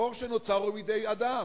החור שנוצר הוא בידי אדם,